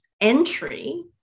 entry